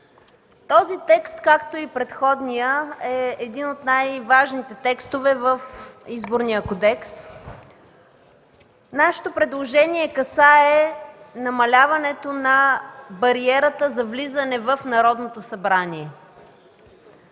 този текст, както и предходният, е един от най-важните текстове в Изборния кодекс. Нашето предложение касае намаляването на бариерата за влизане в Народното събрание.